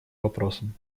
вопросам